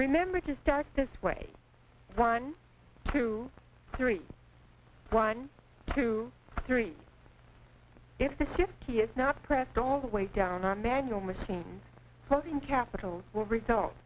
remember to start this way one two three one two three if this if he is not pressed all the way down on manual machines those in capital will result